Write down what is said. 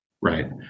Right